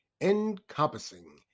encompassing